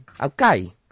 Okay